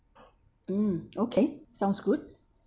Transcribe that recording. mm okay sounds good